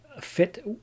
fit